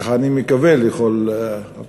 כך אני מקווה לפחות,